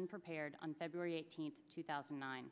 unprepared on february eighteenth two thousand and nine